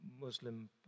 Muslim